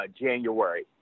January